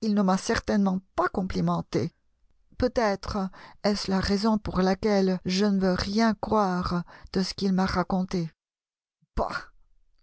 il ne m'a certainement pas complimenté peut être est-ce la raison pour laquelle je ne veux rien croire de ce qu'il m'a raconté bah